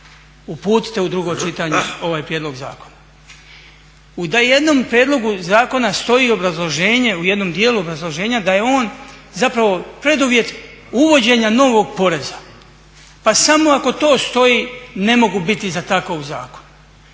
uputite u drugo čitanje ovaj prijedlog zakona. U jednom prijedlogu zakona stoji obrazloženje, u jednom djelu obrazloženja da je on zapravo preduvjet uvođenja novog poreza. Pa samo ako to stoji ne mogu biti za takav zakon.